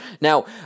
now